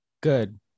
Good